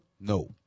No